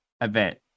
event